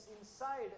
inside